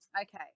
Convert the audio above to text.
Okay